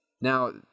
Now